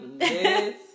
Yes